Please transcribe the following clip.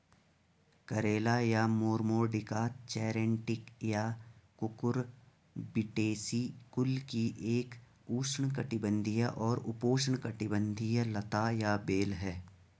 करेला या Momordica charantia Cucurbitaceae कुल की एक उष्णकटिबंधीय और उपोष्णकटिबंधीय लता या बेल है